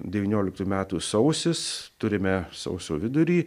devynioliktų metų sausis turime sausio vidurį